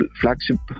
flagship